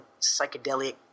psychedelic